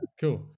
cool